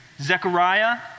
Zechariah